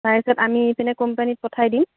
তাৰপিছত আমি ইপিনে কোম্পানীত পঠাই দিম